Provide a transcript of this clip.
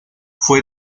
fue